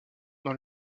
dans